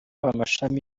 amashami